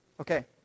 Okay